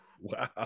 wow